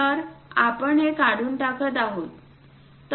तर आपण हे काढून टाकत आहोत